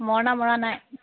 মৰণা মৰা নাই